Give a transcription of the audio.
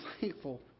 thankful